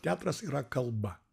teatras yra kalba